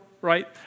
right